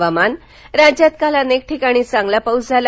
हवामान राज्यात काल अनेक ठिकाणी चांगला पाऊस झाला